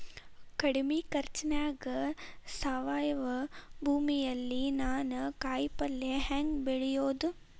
ಕಡಮಿ ಖರ್ಚನ್ಯಾಗ್ ಸಾವಯವ ಭೂಮಿಯಲ್ಲಿ ನಾನ್ ಕಾಯಿಪಲ್ಲೆ ಹೆಂಗ್ ಬೆಳಿಯೋದ್?